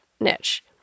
niche